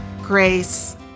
grace